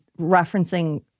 referencing